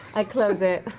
i close it.